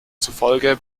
zufolge